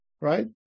right